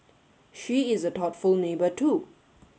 she is a thoughtful neighbour too